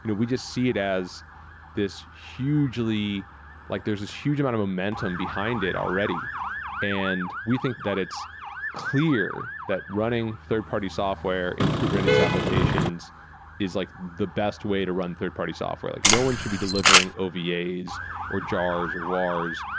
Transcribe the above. you know we just see it as this hugely like there's this huge amount of momentum behind it already and we think that it's clear that running third-party software in kubernetes applications is like the best way to run third-party software like no one should be delivering ova's or jars or wars,